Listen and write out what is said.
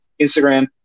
Instagram